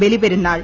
Baliperunnal